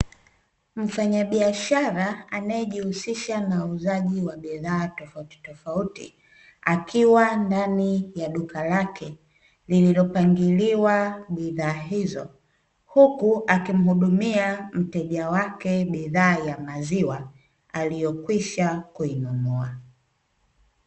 Mfanyabiashara anayejihusisha na uuzaji wa bidhaa tofautitofauti akiwa ndani ya duka lake lililopangiliwa bidhaa hizo, huku akimhudumia mteja wake bidhaa ya maziwa aliyokwisha kuinunua.